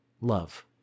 love